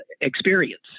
experience